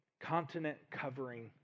continent-covering